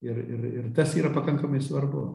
ir ir ir tas yra pakankamai svarbu